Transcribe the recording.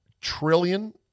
trillion